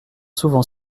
souvent